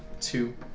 two